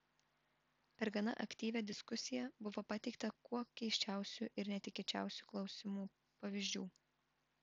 per gana aktyvią diskusiją buvo pateikta kuo keisčiausių ir netikėčiausių klausimų pavyzdžių